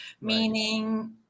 meaning